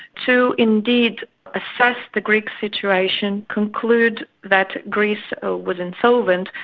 to indeed assess the greek situation, conclude that greece ah was insolvent,